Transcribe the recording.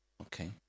okay